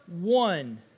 one